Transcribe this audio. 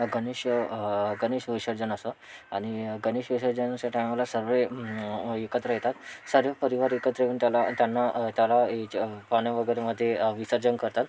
गनेश गनेश विसर्जन असं आणि गनेश विसर्जनाच्या टायमाला सर्व एकत्र येतात सर्व परिवार एकत्र येऊन त्याला आणि त्यांना त्याला याचं पाण्या वगैरेमध्ये विसर्जन करतात